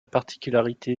particularité